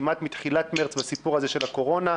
כמעט מתחילת מרץ בסיפור הזה של הקורונה.